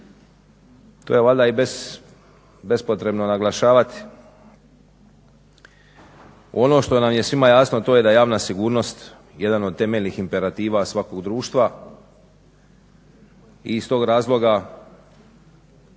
to je valjda i bespotrebno naglašavati. Ono što nam je svima jasno to je da je javna sigurnost jedan od temeljnih imperativa svakog društva i iz tog razloga